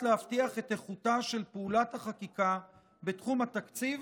להבטיח את איכותה של פעולת החקיקה בתחום התקציב